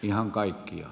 ihan kaikkia